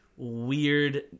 weird